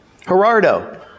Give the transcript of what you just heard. Gerardo